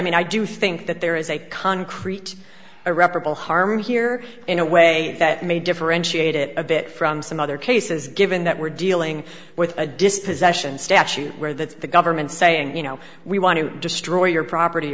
mean i do think that there is a concrete irreparable harm here in a way that may differentiate it a bit from some other cases given that we're dealing with a dispossession statute where that's the government saying you know we want to destroy your property